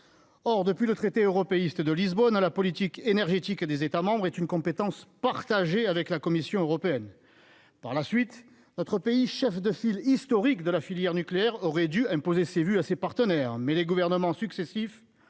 or depuis le traité européiste de Lisbonne à la politique énergétique et des États membres est une compétence partagée avec la Commission européenne, par la suite, notre pays, chef de file historique de la filière nucléaire aurait dû imposer ses vues à ses partenaires, mais les gouvernements successifs